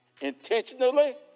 intentionally